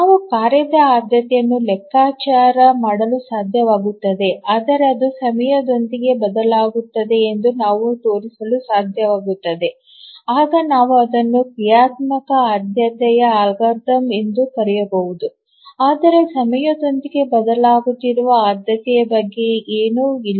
ನಾವು ಕಾರ್ಯದ ಆದ್ಯತೆಯನ್ನು ಲೆಕ್ಕಾಚಾರ ಮಾಡಲು ಸಾಧ್ಯವಾಗುತ್ತದೆ ಆದರೆ ಅದು ಸಮಯದೊಂದಿಗೆ ಬದಲಾಗುತ್ತದೆ ಎಂದು ನಾವು ತೋರಿಸಲು ಸಾಧ್ಯವಾಗುತ್ತದೆ ಆಗ ನಾವು ಅದನ್ನು ಕ್ರಿಯಾತ್ಮಕ ಆದ್ಯತೆಯ ಅಲ್ಗಾರಿದಮ್ ಎಂದು ಕರೆಯಬಹುದು ಆದರೆ ಸಮಯದೊಂದಿಗೆ ಬದಲಾಗುತ್ತಿರುವ ಆದ್ಯತೆಯ ಬಗ್ಗೆ ಏನೂ ಇಲ್ಲ